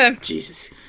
jesus